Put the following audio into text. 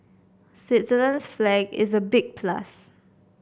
Switzerland's flag is a big plus